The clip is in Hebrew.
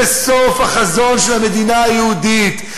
זה סוף החזון של המדינה היהודית.